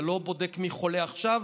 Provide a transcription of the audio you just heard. זה לא בודק מי חולה עכשיו,